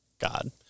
God